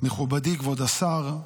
מכובדי כבוד השר,